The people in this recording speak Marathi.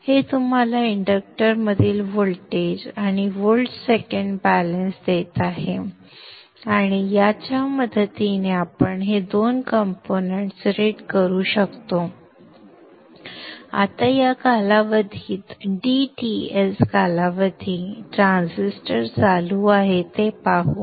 हे तुम्हाला इंडक्टरमधील व्होल्टेज आणि व्होल्ट सेकंड बॅलन्स देत आहे आणि याच्या मदतीने आपण हे दोन कंपोनेंट्स रेट करू शकतो आता या कालावधीत dTs कालावधी ट्रान्झिस्टर चालू आहे ते पाहू